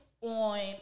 on